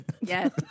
Yes